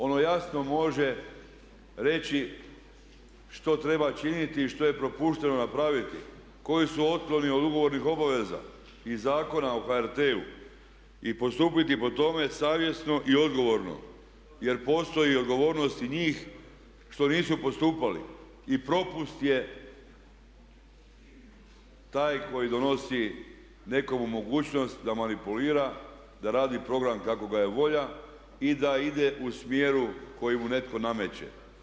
Ono jasno može reći što treba činiti, što je propušteno napraviti, koji su otkloni od ugovornih obaveza i Zakona o HRT-u i postupiti po tome savjesno i odgovorno jer postoji odgovornost i njih što nisu postupali i propust je taj koji donosi nekomu mogućnost da manipulira, da radi program kako ga je volja i da ide u smjeru koji mu netko nameće.